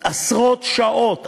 עשרות שעות,